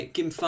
Kim